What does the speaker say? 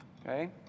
Okay